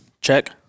Check